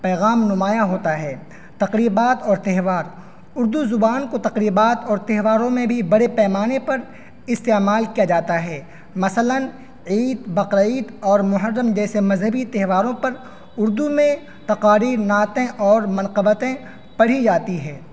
پیغام نمایاں ہوتا ہے تقریبات اور تہوار اردو زبان کو تقریبات اور تہواروں میں بھی بڑے پیمانے پر استعمال کیا جاتا ہے مثلاً عید بقرعید اور محرم جیسے مذہبی تہواروں پر اردو میں تقاریر نعتیں اور منقبتیں پڑھی جاتی ہیں